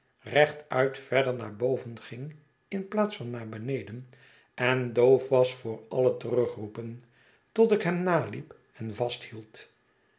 rechtuit verder naar bovenging in plaats van naar beneden en doof was voor alle terugroepen tot ik hem naliep en vasthield